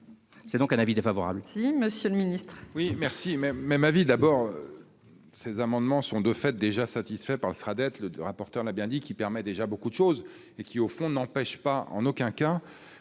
émet donc un avis favorable